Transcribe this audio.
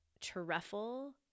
truffle